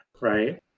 Right